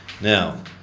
Now